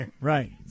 Right